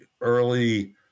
early